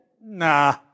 nah